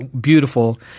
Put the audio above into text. beautiful